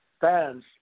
fans